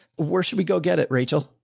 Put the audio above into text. where should we go get it, rachel?